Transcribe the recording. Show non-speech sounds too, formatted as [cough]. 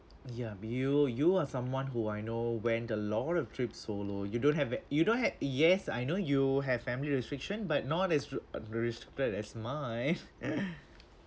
ya you you are someone who I know went a lot of trips solo you don't have a you don't have yes I know you have family restriction but not as re~ uh restricted as mine [laughs]